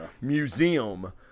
museum